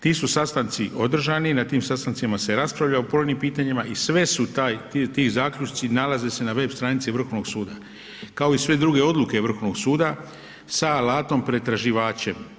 Ti su sastanci održani, na tim sastancima se raspravlja o pojedinim pitanjima i sve su ti zaključci nalaze se na web stranici Vrhovnog suda kao i sve druge odluke Vrhovnog suda, sa alatom pretraživačem.